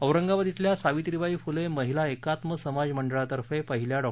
औरंगाबाद इथल्या सावित्रीबाई फुले महिला एकात्म समाज मंडळातर्फे पहिल्या डॉ